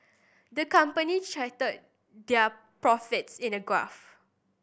the company charted their profits in a graph